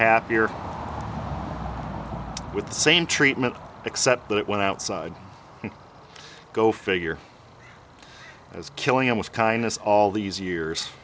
happier with the same treatment except that it went outside go figure as killing them with kindness all these years